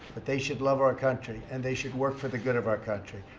but they should love our country and they should work for the good of our country.